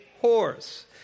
horse